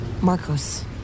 Marcos